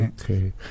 Okay